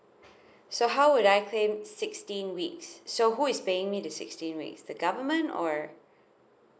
so how would I claim sixteen weeks so who is paying me the sixteen weeks the government or